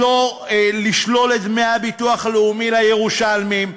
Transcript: לשלול את דמי הביטוח הלאומי לירושלמים,